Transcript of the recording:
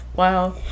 Wow